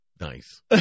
Nice